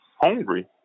hungry